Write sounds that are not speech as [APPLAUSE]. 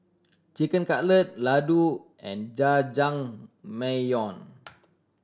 Chicken Cutlet Ladoo and Jajangmyeon [NOISE]